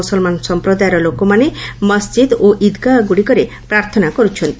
ମୁସଲମାନ୍ ସମ୍ପ୍ରଦାୟର ଲୋକମାନେ ମସ୍ଜିଦ୍ ଓ ଇଦ୍ଗାହଗୁଡ଼ିକରେ ପ୍ରାର୍ଥନା କରୁଛନ୍ତି